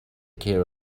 care